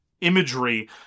imagery